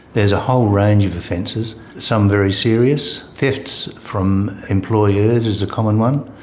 there's a whole range of offences, some very serious. thefts from employers is a common one.